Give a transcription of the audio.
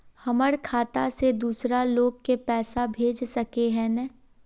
हमर खाता से दूसरा लोग के पैसा भेज सके है ने?